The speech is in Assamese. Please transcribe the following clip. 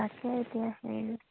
তাকে এতিয়া হেৰি